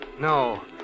No